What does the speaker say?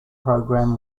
program